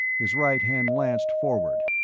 his right hand lanced forward,